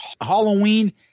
Halloween